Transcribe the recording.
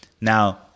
Now